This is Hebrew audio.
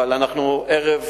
אבל אנחנו ערב